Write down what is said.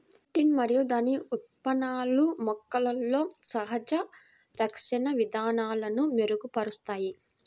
chitin మరియు దాని ఉత్పన్నాలు మొక్కలలో సహజ రక్షణ విధానాలను మెరుగుపరుస్తాయి